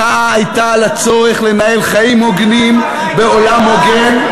המחאה הייתה על הצורך לנהל חיים הוגנים בעולם הוגן,